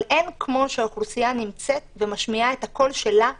אבל אין כמו זה שהאוכלוסייה נמצאת ומשמיעה את הקול שלה בעצמה.